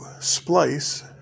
splice